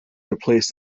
replace